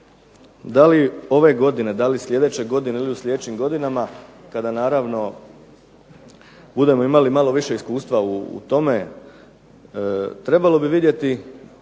da li ove godine, da li sljedeće godine ili u sljedećim godinama kada naravno budemo imali malo više iskustva u tome, trebalo bi vidjeti